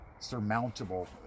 Surmountable